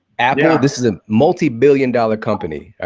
apple, ah this is a multibillion dollar company,